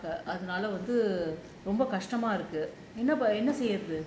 அதுனால வந்து ரொம்ப கஷ்டமா இருக்கு என்ன செய்றது:athunaala vanthu romba kashtamaa iruku enna seirathu